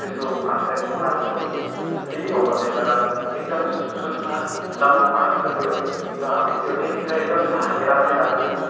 त्यस्तो हामीलाई बिमारहरू त्यस्तो केही भएको छैन र एकदम शु शुद्ध राम्रो पानी छ त्यो ज हामी त्यो ट्यान्कीलाई एकदम ढाकेर पनि राख्छौँ